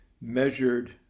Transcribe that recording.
measured